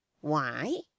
Why